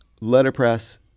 Letterpress